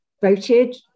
voted